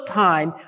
time